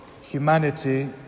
humanity